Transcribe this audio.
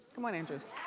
come on, andrews.